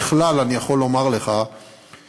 ככלל, אני יכול לומר לך שהאחריות